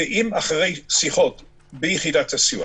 אם אחרי שיחות ביחידת הסיוע